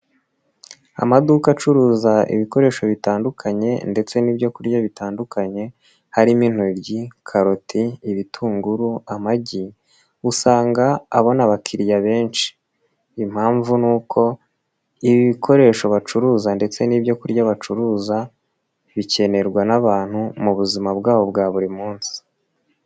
Amaduka acuruza ibikoresho bitandukanye ndetse n'ibyo kurya bitandukanye, harimo: intoryi, karoti, ibitunguru, amagi, usanga abona abakiriya benshi. Impamvu ni uko ibi bikoresho bacuruza ndetse n'ibyo kurya bacuruza, bikenerwa n'abantu mu buzima bwabo bwa buri munsi.